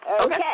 Okay